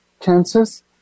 cancers